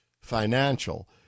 financial